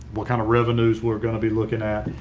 what kind of revenues we're going to be looking at,